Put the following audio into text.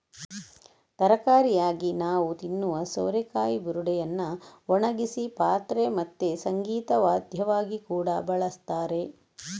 ತರಕಾರಿಯಾಗಿ ನಾವು ತಿನ್ನುವ ಸೋರೆಕಾಯಿ ಬುರುಡೆಯನ್ನ ಒಣಗಿಸಿ ಪಾತ್ರೆ ಮತ್ತೆ ಸಂಗೀತ ವಾದ್ಯವಾಗಿ ಕೂಡಾ ಬಳಸ್ತಾರೆ